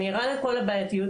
אני ערה לכל הבעייתיות,